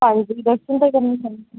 ਹਾਂਜੀ ਦਰਸ਼ਨ ਤਾਂ ਕਰਨੇ